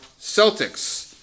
Celtics